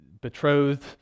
betrothed